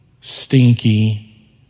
stinky